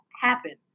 happen